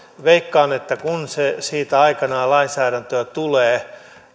veikkaan että kun se siitä aikanaan lainsäädäntöön tulee